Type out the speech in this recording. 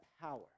power